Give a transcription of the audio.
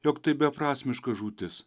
jog tai beprasmiška žūtis